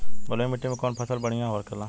बलुई मिट्टी में कौन कौन फसल बढ़ियां होखेला?